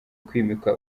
kwimika